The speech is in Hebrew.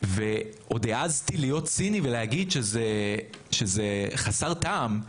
ועוד העזתי להיות ציני ולהגיד שזה חסר טעם,